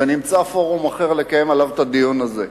ונמצא פורום אחר לקיים עליו את הדיון הזה.